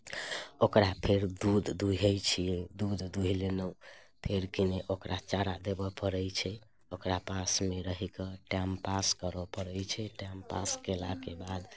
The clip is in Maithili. ओकरा फेर दूध दूहैत छियै दूध दूहि लेलहुँ फेर किने ओकरा चारा देबय पड़ैत छै ओकरा पासमे रहि कऽ टाइम पास करय पड़ैत छै टाइम पास कयलाके बाद